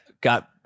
got